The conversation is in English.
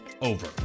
over